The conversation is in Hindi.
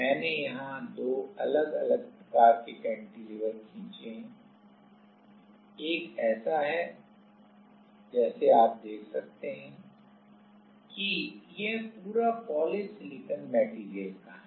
मैंने यहां दो अलग अलग प्रकार के कैंटिलीवर खींचे हैं एक ऐसा है जैसे आप देख सकते हैं कि यह पूरा पॉलीसिलिकॉन मैटेरियल का है